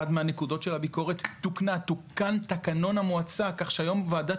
אחת מהנקודות של הביקורת תוקן תקנון המועצה כך שהיום וועדת